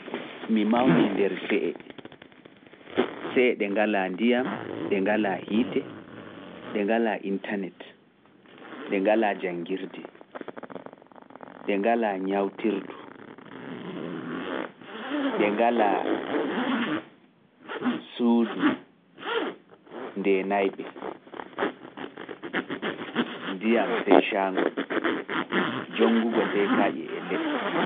Mi mawni nder se'e, se'e ɗe ngalaa ndiyam, ɗe ngalaa hiite, ɗe ngalaa internet, ɗe ngalaa janngirde, ɗe ngalaa ñawtirdu, ɗe ngalaa suudu ndeenayɓe, ndiyam sey caangol, jonngugo sey kaaƴe e leɗɗe.